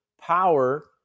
power